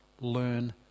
learn